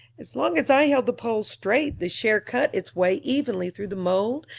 as long as i held the pole straight the share cut its way evenly through the mold,